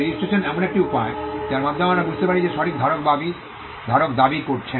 registration এমন একটি উপায় যার মাধ্যমে আমরা বুঝতে পারি যে সঠিক ধারক দাবি করেছেন